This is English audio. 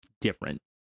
different